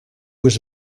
was